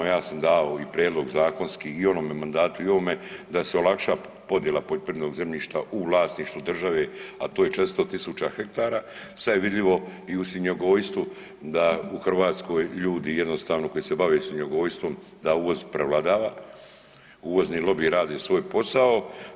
Ja sam davao i prijedlog zakonski i u onome mandatu i u ovome da se olakša podjela poljoprivrednog zemljišta u vlasništvu države, a to je 400.000 hektara, sad je vidljivo i u svinjogojstvu da u Hrvatskoj ljudi jednostavno koji se bave svinjogojstvom da uvoz prevladava, uvozni lobij radi svoj posao.